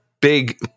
big